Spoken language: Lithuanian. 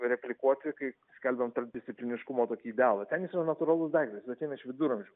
replikuoti kai skelbiam tarpdiscipliniškumo tokį idealą ten jis yra natūralus daiktas ateina iš viduramžių